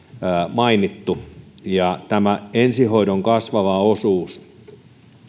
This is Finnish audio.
mainittu ja tämä ensihoidon kasvava osuus